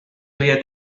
había